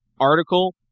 article